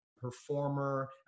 performer